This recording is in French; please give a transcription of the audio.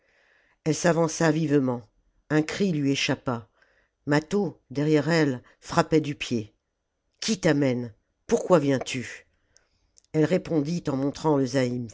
elle s'avança vivement un cri lui échappa mâtho derrière elle frappait du pied qui t'amène pourquoi viens-tu elle répondit en montrant le